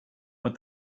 but